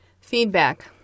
feedback